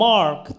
Mark